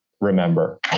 remember